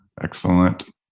Excellent